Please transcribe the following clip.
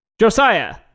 josiah